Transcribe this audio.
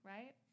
Right